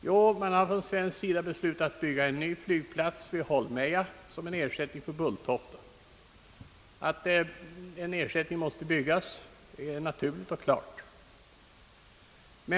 Jo, på svensk sida har man beslutat bygga en ny flygplats vid Holmeja som ersättning för Bulltofta. Att en ersättning för denna måste byggas är naturligt och klart.